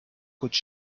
côtes